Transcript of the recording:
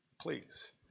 please